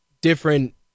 different